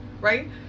right